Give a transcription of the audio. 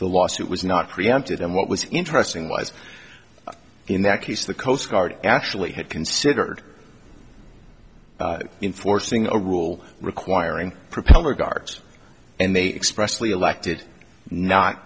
the lawsuit was not reacted and what was interesting was in that case the coast guard actually had considered enforcing a rule requiring propeller guards and they expressly elected not